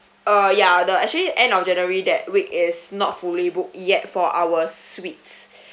uh yeah the actually end of january that week is not fully booked yet for our suites